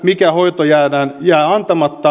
mikä hoito jää antamatta